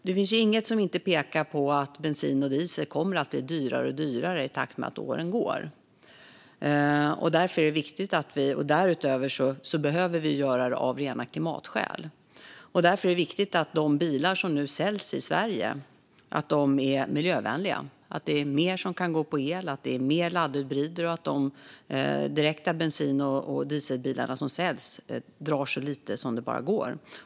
Det finns ju inget som inte pekar på att bensin och diesel kommer att bli dyrare och dyrare i takt med att åren går. Därutöver behöver vi göra omställningen av rena klimatskäl. Därför är det viktigt att de bilar som nu säljs i Sverige är miljövänliga, att mer kan gå på el, att det blir fler laddhybrider och att de bensin och dieselbilar som säljs drar så lite som det bara går.